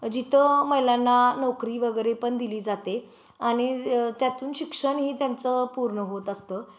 जिथं महिलांना नोकरी वगैरे पणदिली जाते आणि त्यातून शिक्षणही त्यांचं पूर्ण होत असतं